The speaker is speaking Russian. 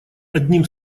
одним